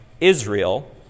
Israel